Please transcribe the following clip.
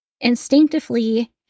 Instinctively